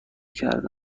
کرده